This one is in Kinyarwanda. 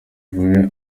uba